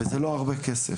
אבל לא מדובר בהרבה כסף,